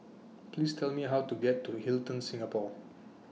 Please Tell Me How to get to Hilton Singapore